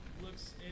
looks